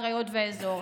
הקריות והאזור.